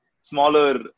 smaller